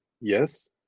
yes